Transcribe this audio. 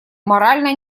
морально